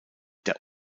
der